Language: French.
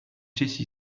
jessie